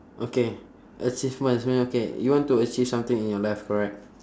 okay achievements mean okay you want to achieve something in your life correct